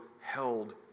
held